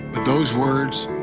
those words,